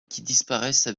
disparaissent